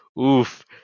Oof